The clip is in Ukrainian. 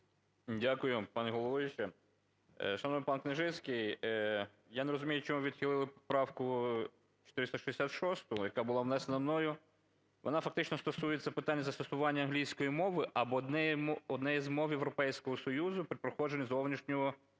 Дякую, пані головуюча. Шановний пан Княжицький, я не розумію, чому ви відхилили правку 466, яка була внесена мною. Вона фактично стосується питання застосування англійської мови або однієї з мов Європейського Союзу при проходженні зовнішнього